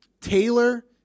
Taylor